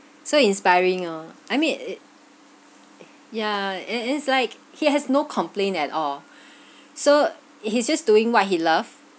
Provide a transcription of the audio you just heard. so inspiring oh I mean it yeah and it's like he has no complain at all so he he's just doing what he loved